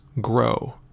grow